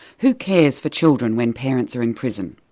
who cares for children when parents are in prison?